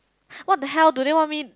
what the hell do they want me